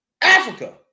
Africa